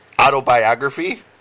autobiography